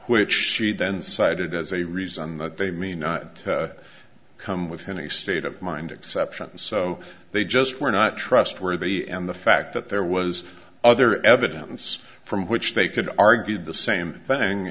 which she then cited as a reason that they may not come within the state of mind exceptions so they just were not trustworthy and the fact that there was other evidence from which they could argue the same thing